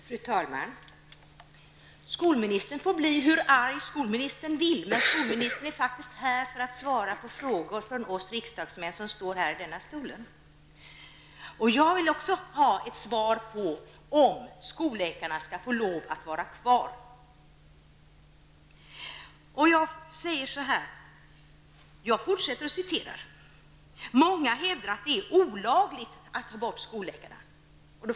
Fru talman! Skolministern får bli hur arg han vill, men skolministern är faktiskt här för att svara på frågor från oss riksdagsledamöter. Också jag vill ha ett svar på frågan om skolläkarna skall få vara kvar. Jag fortsätter att citera: ''Många hävdar att det är olagligt att ta bort skolläkarna.''